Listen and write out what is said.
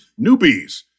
Newbies